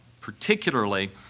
particularly